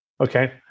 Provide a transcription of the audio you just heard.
Okay